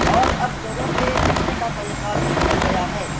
اور اب لوگوں کے لکھنے کا طریقہ بھی بدل گیا ہے